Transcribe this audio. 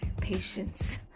patience